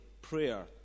prayer